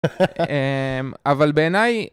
אממ, אבל בעיניי